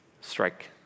Strike